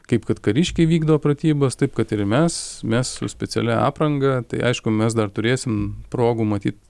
kaip kad kariškiai vykdo pratybas taip kad ir mes mes su specialia apranga tai aišku mes dar turėsim progų matyt